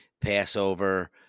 Passover